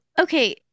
Okay